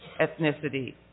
ethnicity